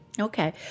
Okay